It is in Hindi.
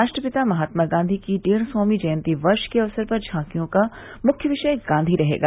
राष्ट्रपिता महात्मा गांधी की डेढ़ सौवीं जयंती वर्ष के अवसर पर झांकियां का मुख्य विषय गांधी रहेगा